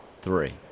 three